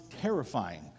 terrifying